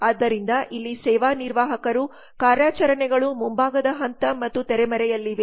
ಆದ್ದರಿಂದ ಇಲ್ಲಿ ಸೇವಾ ನಿರ್ವಾಹಕರು ಕಾರ್ಯಾಚರಣೆಗಳು ಮುಂಭಾಗದ ಹಂತ ಮತ್ತು ತೆರೆಮರೆಯಲ್ಲಿವೆ